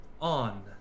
on